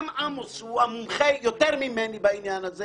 גם עמוס הוא מומחה יותר ממני בעניין הזה